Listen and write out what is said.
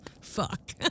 fuck